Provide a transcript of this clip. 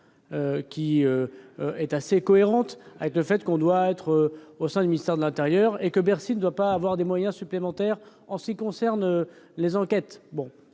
manière assez cohérente, qu'on doit être au sein du ministère de l'intérieur et que Bercy ne doit pas bénéficier de moyens supplémentaires en ce qui concerne les enquêtes.